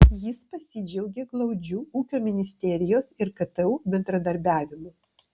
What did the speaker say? jis pasidžiaugė glaudžiu ūkio ministerijos ir ktu bendradarbiavimu